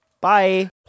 Bye